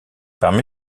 parmi